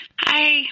Hi